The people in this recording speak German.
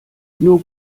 nur